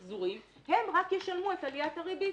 מחזורים הם רק ישלמו את עליית הריבית